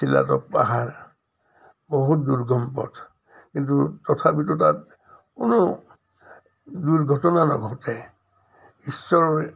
শিলাদক পাহাৰ বহুত দুৰ্গম পথ কিন্তু তথাপিতো তাত কোনো দুৰ্ঘটনা নঘটে ঈশ্বৰৰে